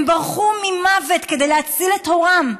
הם ברחו ממוות כדי להציל את עורם.